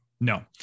No